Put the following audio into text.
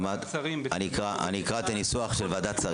אני אקרא את הניסוח של ועדת שרים.